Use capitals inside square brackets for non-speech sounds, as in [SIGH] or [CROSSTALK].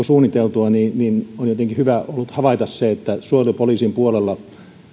[UNINTELLIGIBLE] suunniteltua mutta on jotenkin hyvä ollut havaita se että suojelupoliisin puolella